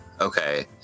okay